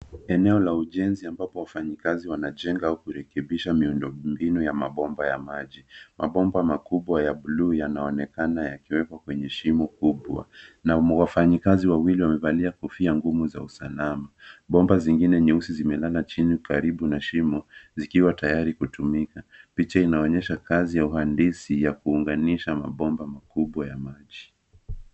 Eneo la ujenzi ambapo wafanyikazi wanajenga au kurekebisha miundo mbinu ya mabomba ya maji. Mabomba makubwa ya blue yanaonekana yakiwekwa kwenye shimo kubwa, na wafanyikazi wawili wamevali kofia ngumu za usalama. Bomba zingine nyeusi zimelala chini karibu na shimo, zikiwa tayari kutumika. Picha inaonyesha kazi ya uhandisi ya kuunganisha mabomba makubwa ya maji.